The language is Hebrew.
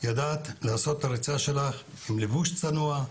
ידעת לעשות את הריצה שלך עם לבוש צנוע,